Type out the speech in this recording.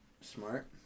Smart